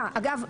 אגב,